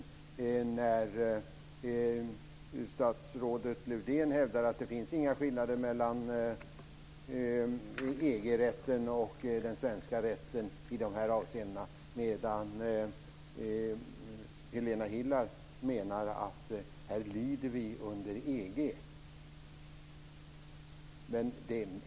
Statsrådet Lövdén hävdar att det i de här avseendena inte finns några skillnader mellan EG-rätten och den svenska rätten, medan Helena Hillar Rosenqvist menar att vi i dessa frågor lyder under EG-rätten.